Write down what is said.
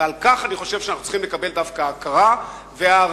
כך אני חושב שאנחנו צריכים לקבל דווקא הכרה והערכה.